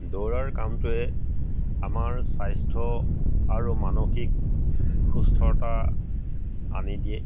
দৌৰাৰ কামটোৱে আমাৰ স্বাস্থ্য আৰু মানসিক সুস্থতা আনি দিয়ে